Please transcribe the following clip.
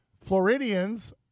Floridians